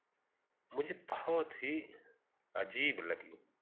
मुझे बहुत ही अजीब लगी